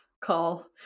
call